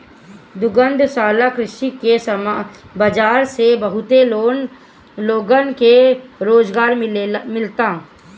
दुग्धशाला कृषि के बाजार से बहुत लोगन के रोजगार मिलता